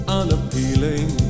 unappealing